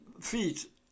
Feet